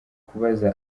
kubaza